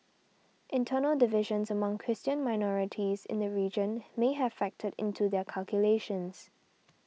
internal divisions among Christian minorities in the region may have factored into their calculations